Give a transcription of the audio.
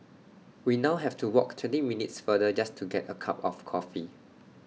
we now have to walk twenty minutes farther just to get A cup of coffee